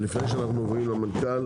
לפני שאנחנו עוברים למנכ"ל,